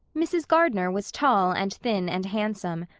mrs. gardner was tall and thin and handsome,